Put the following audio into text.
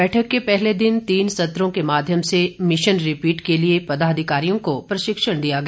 बैठक के पहले दिन तीन सत्रों के माध्यम से मिशन रिपीट के लिए पदाधिकारियों को प्रशिक्षण दिया गया